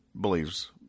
believes